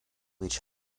each